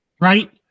Right